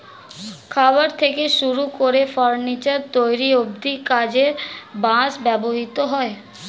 খাবার থেকে শুরু করে ফার্নিচার তৈরি অব্ধি কাজে বাঁশ ব্যবহৃত হয়